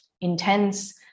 intense